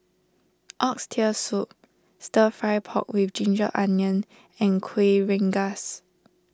Oxtail Soup Stir Fry Pork with Ginger Onions and Kueh Rengas